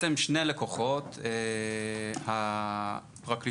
תשמע את זה גם אתה, אוהד, כדי שנבין את הפער.